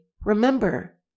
remember